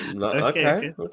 Okay